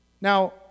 Now